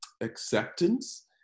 acceptance